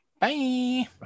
Bye